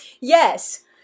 yes